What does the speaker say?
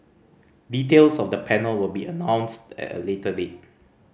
details of the panel will be announced at a later date